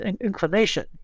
inclination